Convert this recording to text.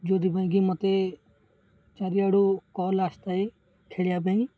ଯେଉଁଥି ପାଇଁ କି ମୋତେ ଚାରିଆଡ଼ୁ କଲ୍ ଆସିଥାଏ ଖେଳିବା ପାଇଁ